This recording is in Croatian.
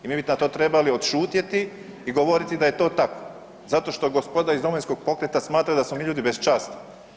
Mi bi tad to trebali odšutjeti i govoriti da je to tako zato što je gospoda iz Domovinskog pokreta smatra da smo mi ljudi bez časti.